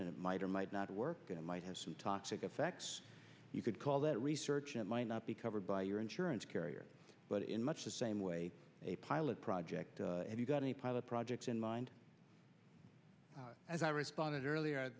and it might or might not work and might have some toxic effects you could call that research it might not be covered by your insurance carrier but in much the same way a pilot project and you've got a pilot project in mind as i responded earlier